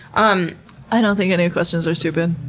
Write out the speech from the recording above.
um i don't think any questions are stupid.